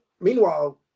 Meanwhile